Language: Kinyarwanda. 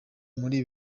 muri